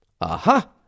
Aha